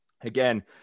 Again